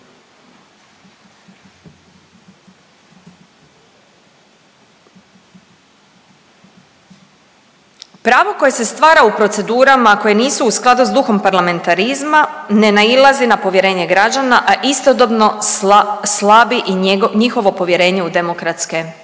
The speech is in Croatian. uključen./…procedurama koje nisu u skladu s duhom parlamentarizma ne nailazi na povjerenje građana, a istodobno slabi i njihovo povjerenje u demokratske